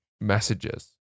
messages